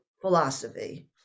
philosophy